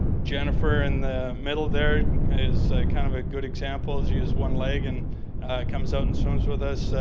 jennifer in the middle there is kind of a good example. she has one leg. and comes out and swims with us.